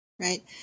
right